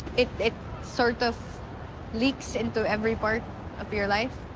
it sort of leaks into every part of your life,